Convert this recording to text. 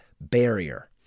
barrier